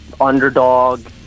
Underdog